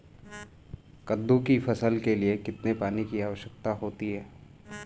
कद्दू की फसल के लिए कितने पानी की आवश्यकता होती है?